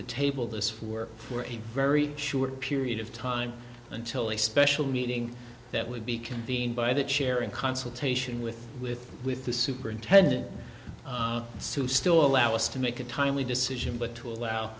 the table this were for a very short period of time until a special meeting that would be convened by the chair in consultation with with with the superintendent sue still allow us to make a timely decision but to allow